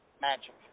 Magic